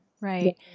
Right